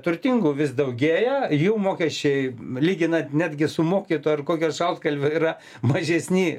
turtingų vis daugėja jų mokesčiai lyginant netgi su mokytoju ar kokiu šaltkalviu yra mažesni